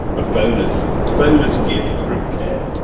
ah bonus bonus gift from ken,